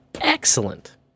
excellent